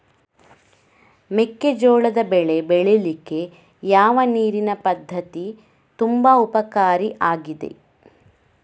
ಮೆಕ್ಕೆಜೋಳದ ಬೆಳೆ ಬೆಳೀಲಿಕ್ಕೆ ಯಾವ ನೀರಿನ ಪದ್ಧತಿ ತುಂಬಾ ಉಪಕಾರಿ ಆಗಿದೆ?